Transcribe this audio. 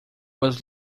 was